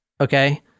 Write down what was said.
Okay